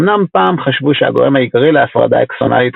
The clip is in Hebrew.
אמנם פעם חשבו שהגורם העיקרי להפרדה אקסונאלית